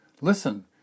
Listen